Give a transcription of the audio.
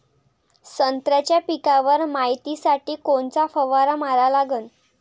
संत्र्याच्या पिकावर मायतीसाठी कोनचा फवारा मारा लागन?